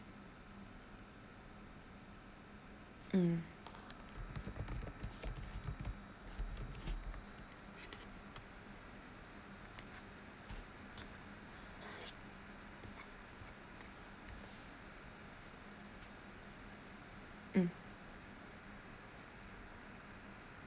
mm